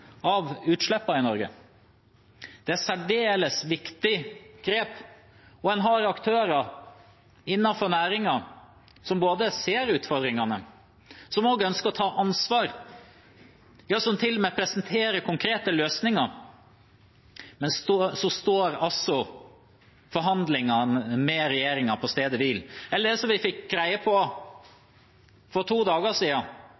av utslippene i Norge. Det er et særdeles viktig grep. En har aktører innenfor næringen som både ser utfordringene, som ønsker å ta ansvar, og som til og med presenterer konkrete løsninger. Men forhandlingene med regjeringen står på stedet hvil. Eller som vi fikk greie